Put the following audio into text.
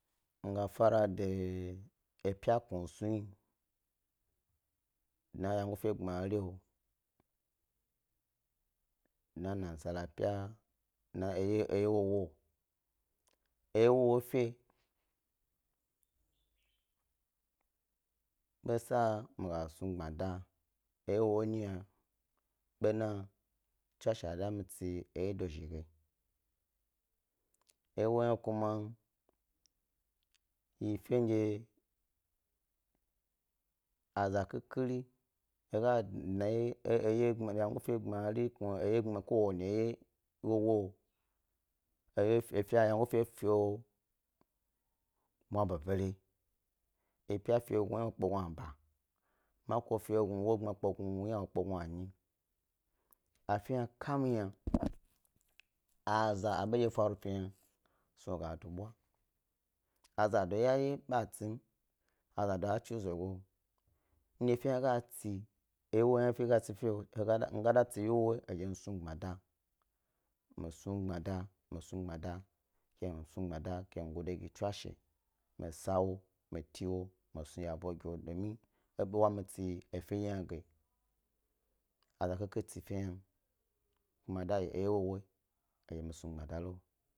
Mi ga fara de epya kusnu dna wyegofe gbmari wo, dna nasa ka pya, dna eye wowo. Eye wowo fe be sa mi gas nu gbmada yna bena tswashe a da mi tsi ye dozhi ge eye wowo hna kuma yi fen dye a za khikhiri, he ga dna, eye gbmari, yna wye fe, gbmari koo wani eye, wowo ynagofe fiyo mwnabi bare epya fi ynawo kpe gna’aba, maka fe wogbma kpe ynawo kpe ɓi gnanyi afe kam hna, aza aɓo ndye faru fe kamhna snug a dobwa a zado dye ye ba tsim azado a tsu ezogo, ndye efe hna tsi eye wowo hni dye mi snu gbmada, mi snu gbmada, hni snugbmada ke mi gode gi tswashe ke mi sa, mi tiwo, mi snu yebo gi wo do min, wo mi tsi fe hna, ge a za khikhi tsi fen dye hni ha dye mi snu gbmada to.